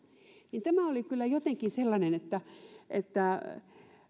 tämä oli kyllä jotenkin sellaista että